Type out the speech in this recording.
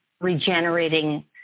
regenerating